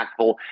impactful